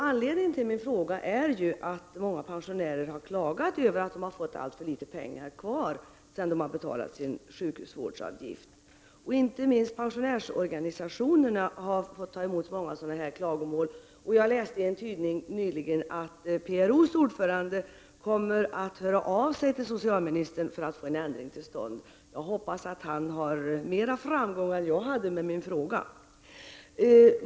Anledningen till min fråga är att många pensionärer har klagat över att de har fått alltför litet pengar kvar efter det att de har betalat sin sjukhusvårdsavgift. Inte minst pensionärsorganisationerna har fått ta emot många sådana klagomål. Jag läste nyligen i en tidning att PRO:s ordförande kommer att höra av sig till socialministern för att försöka få en ändring till stånd. Jag hoppas att han kommer att få mera framgång än jag har haft med min fråga.